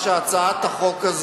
שמתקדמת,